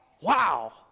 Wow